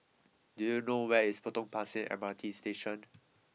do you know where is Potong Pasir M R T Station